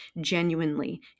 genuinely